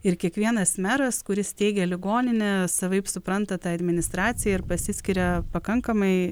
ir kiekvienas meras kuris teigia ligoninė savaip supranta tai administraciją ir pasiskiria pakankamai